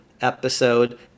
episode